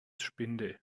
spinde